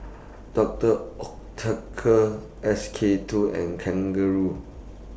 Doctor Oetker S K two and Kangaroo